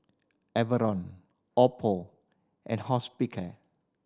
Oppo and Hospicare